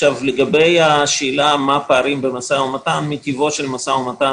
לגבי השאלה מה הפערים במשא ומתן - מטיבו של משא ומתן,